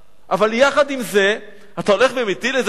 אבל יחד עם זה, אתה הולך ומטיל את זה על הרשויות.